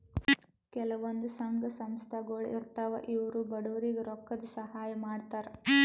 ಕೆಲವಂದ್ ಸಂಘ ಸಂಸ್ಥಾಗೊಳ್ ಇರ್ತವ್ ಇವ್ರು ಬಡವ್ರಿಗ್ ರೊಕ್ಕದ್ ಸಹಾಯ್ ಮಾಡ್ತರ್